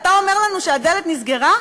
אתה אומר לנו שהדלת נסגרה?